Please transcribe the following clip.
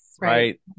Right